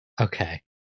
Okay